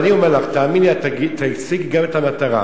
ואני אומר לך, תאמיני לי, את תשיגי גם את המטרה,